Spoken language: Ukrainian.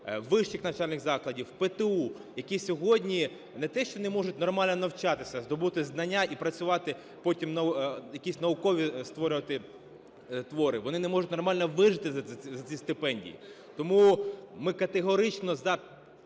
вищих навчальних закладів, ПТУ, які сьогодні не те що не можуть нормально навчатися, здобути знання і працювати, потім якісь наукові створювати твори, вони не можуть нормально вижити за ці стипендії. Тому ми категорично за